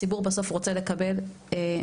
הציבור בסוף רוצה לקבל מהמדינה,